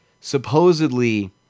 supposedly